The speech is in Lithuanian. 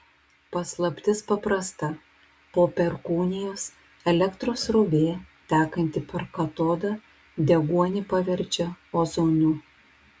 paslaptis paprasta po perkūnijos elektros srovė tekanti per katodą deguonį paverčia ozonu